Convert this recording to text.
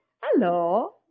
Hello